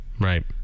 Right